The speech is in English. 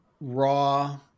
raw